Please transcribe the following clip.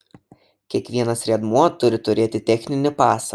kiekvienas riedmuo turi turėti techninį pasą